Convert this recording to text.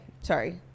Sorry